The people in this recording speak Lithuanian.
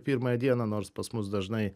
pirmąją dieną nors pas mus dažnai